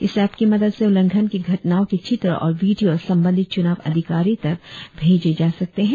इस एप्प की मदद से उल्लंघन की घटनाओं के चित्र और वीडियों संबंधित चूनाव अधिकारी तक भेजे जा सकते हैं